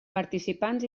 participants